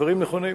הדברים נכונים.